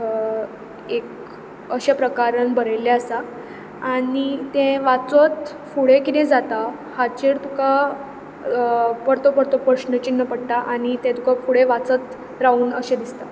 एक अशें प्रकारान बरयल्लें आसा आनी तें वाचत फुडें कितें जाता हाचेर तुका परतो परतो प्रश्नचिन्न पडटा आनी तें तुका फुडें वाचत रावूं अशें दिसता